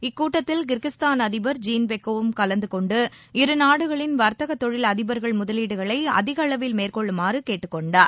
இக்கூட்டத்தில் கிர்கிஸ்தான் அதிபர் ஜீன் பெக்கோவும் கலந்து கொண்டு இருநாடுகளின் வர்த்தக தொழில் அதிபர்கள் முதலீடுகளை அதிக அளவில் மேற்கொள்ளுமாறு கேட்டுக் கொண்டார்